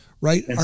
right